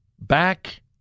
back